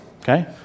Okay